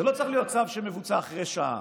זה לא צריך להיות צו שמבוצע אחרי שעה,